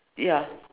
ya